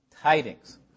tidings